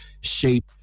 shape